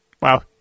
Wow